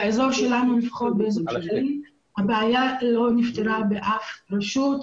באזור שלנו לפחות ב- -- הבעיה לא נפתרה באף רשות,